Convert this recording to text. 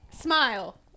Smile